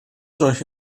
durch